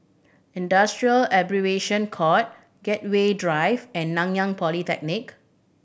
Industrial Arbitration Court Gateway Drive and Nanyang Polytechnic